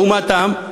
לעומתם,